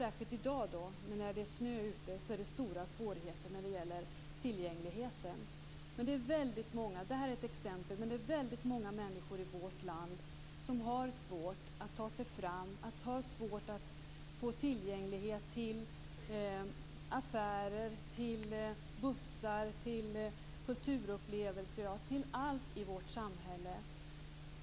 Särskilt i dag när det är snö ute är det stora svårigheter när det gäller tillgängligheten. Detta var ett exempel, men det är väldigt många människor i vårt land som har svårt att ta sig fram och få tillgänglighet till affärer, bussar, kulturupplevelser, ja, till allt i vårt samhälle.